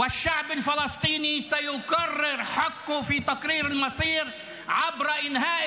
וצרפת שגשגה לאחר מכן -- ראחת פלסטין.